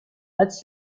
als